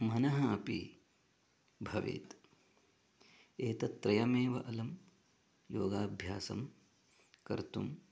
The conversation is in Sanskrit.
मनः अपि भवेत् एतत् त्रयमेव अलं योगाभ्यासं कर्तुम्